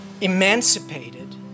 emancipated